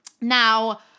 Now